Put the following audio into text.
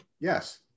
Yes